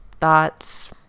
thoughts